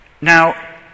Now